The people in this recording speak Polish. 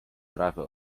trawę